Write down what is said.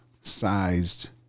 sized